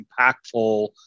impactful